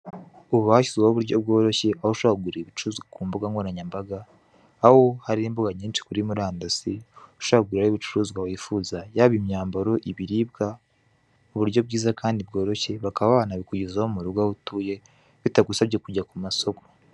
Ubu bashyizeho uburyo bworoshye aho ushobora kugura ibicuruzwa ku mbugankoranyambaga, aho hari imbuga nyinshi kuri murandasi, ushobora kuguriraho ibicuruzwa wifuza yaba imyambaro, ibiribwa, uburyo bwiza kandi bworoshye, bakaba banabikugezaho mu rugo aho utuye, bitagusabye kujya ku masoko.